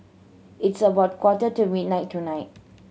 it's about quarter to midnight tonight